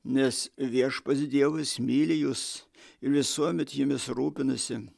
nes viešpats dievas myli jus visuomet jumis rūpinasi